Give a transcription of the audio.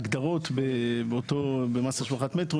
ההגדרות במס השבחת מטרו,